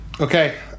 Okay